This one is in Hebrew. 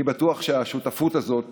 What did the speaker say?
אני בטוח שהשותפות הזאת